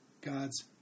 God's